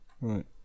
Right